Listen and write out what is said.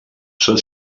són